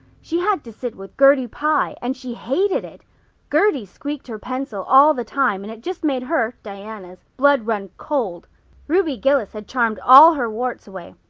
she had to sit with gertie pye and she hated it gertie squeaked her pencil all the time and it just made her diana's blood run cold ruby gillis had charmed all her warts away,